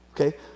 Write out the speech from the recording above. okay